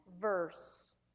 verse